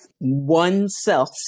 oneself